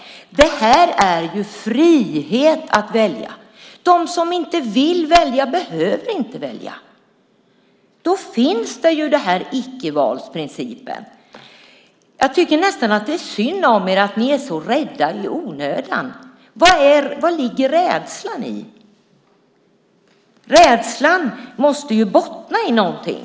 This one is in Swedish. Detta är frihet att välja. De som inte vill välja behöver inte välja. Då finns denna icke-valsprincip. Jag tycker nästan att det är synd om er att ni är så rädda i onödan. Vari ligger rädslan? Rädslan måste ju bottna i någonting.